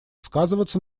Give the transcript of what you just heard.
сказываться